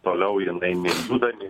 toliau jinai nei juda nei